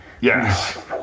Yes